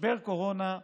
משבר קורונה,